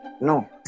no